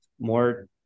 more